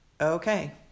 okay